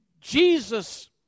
Jesus